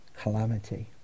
calamity